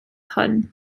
hwn